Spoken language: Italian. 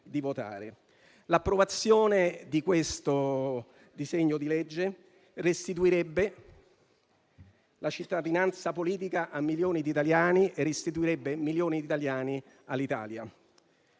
L'approvazione di questa proposta restituirebbe quindi la cittadinanza politica a milioni di italiani e restituirebbe milioni di italiani all'Italia.